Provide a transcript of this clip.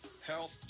health